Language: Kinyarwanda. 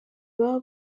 baba